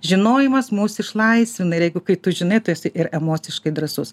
žinojimas mus išlaisvina ir jeigu kai tu žinai tu esi ir emociškai drąsus